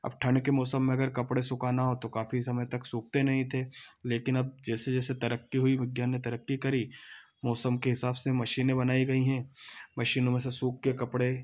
अब ठंड के मौसम में अगर कपड़े सुखाना हो तो काफ़ी समय तक सूखते नहीं थे लेकिन अब जैसे जैसे तरक्की हुई विज्ञान ने तरक्की करी मौसम के हिसाब से मशीने बनाई गई हैं मशीनो में से सुख के कपड़े